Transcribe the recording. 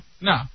No